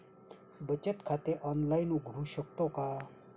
बचत खाते ऑनलाइन उघडू शकतो का?